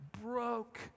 broke